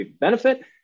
benefit